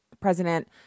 President